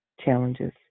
challenges